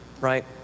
right